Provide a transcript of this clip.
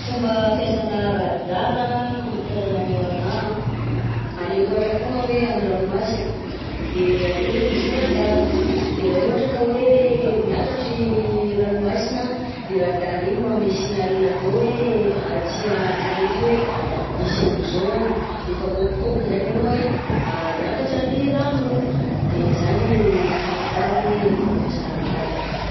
Fomba fiasanà radara hamantaranao araha anh: alaiko ohatra foagna hoe an-dranomasina de akeo zao misy radara de raha ohatra ka hoe miakatra i ranomasigna, de radara igny manome signal anao hoe aty an-tanety hoe hisy an'zao any, de efa kôpikôpy zany ianao hoe hiakatra ny rano de zany fahafantarako hoe fomba fiasanà radara.